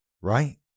right